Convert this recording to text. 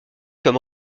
comme